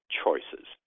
choices